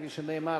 כפי שנאמר,